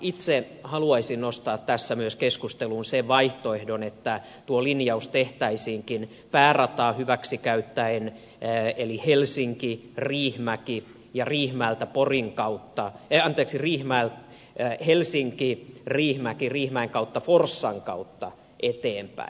itse haluaisin nostaa tässä myös keskusteluun sen vaihtoehdon että tuo linjaus tehtäisiinkin päärataa hyväksikäyttäen eli helsinkiriihimäki ja riihimäeltä poriin kautta ei anteeksi vihma ja helsinki riihimäki riihimäen kautta forssan kautta eteenpäin